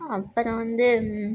அப்புறம் வந்து